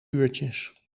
uurtjes